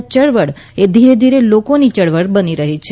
યળવળ એ ધીરે ધીરે લોકોની યળવળ બની રહી છે